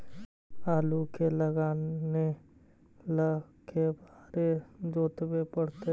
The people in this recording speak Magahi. आलू के लगाने ल के बारे जोताबे पड़तै?